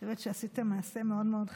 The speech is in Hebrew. אני חושבת שעשיתם מעשה מאוד מאוד חשוב,